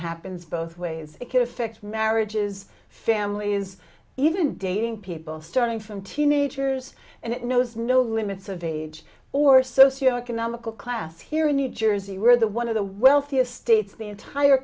happens both ways it affects marriages families even dating people starting from teenagers and it knows no limits of age or socio economical class here in new jersey where the one of the wealthiest states the entire